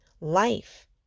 life